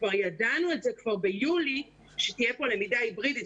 וכבר ידענו ביולי שתהיה פה למידה היברידית,